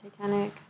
Titanic